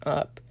up